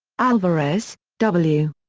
alvarez, w.